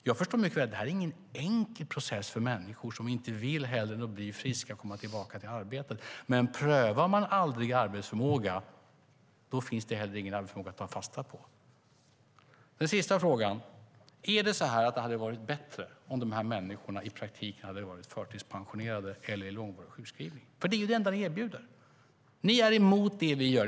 Jag förstår mycket väl att det här inte är en enkel process för människor som inte vill något hellre än att bli friska och komma tillbaka till arbetet, men prövar man aldrig arbetsförmågan finns det heller ingen arbetsförmåga att ta fasta på. Den sista frågan är: Hade det varit bättre om de här människorna i praktiken hade varit förtidspensionerade eller i långvarig sjukskrivning? Det är det enda ni erbjuder. Ni är emot det vi gör.